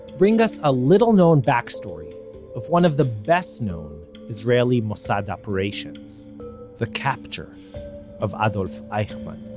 bring us a little-known backstory of one of the best-known israeli mossad operations the capture of adolf eichmann.